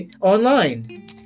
online